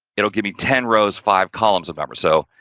it'll give me ten rows five columns of number so,